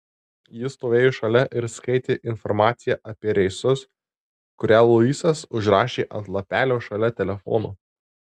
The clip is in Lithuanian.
ji stovėjo šalia ir skaitė informaciją apie reisus kurią luisas užrašė ant lapelio šalia telefono